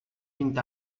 vint